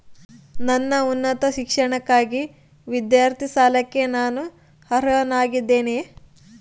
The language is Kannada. ನನ್ನ ಉನ್ನತ ಶಿಕ್ಷಣಕ್ಕಾಗಿ ವಿದ್ಯಾರ್ಥಿ ಸಾಲಕ್ಕೆ ನಾನು ಅರ್ಹನಾಗಿದ್ದೇನೆಯೇ?